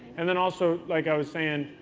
and then also, like i was saying,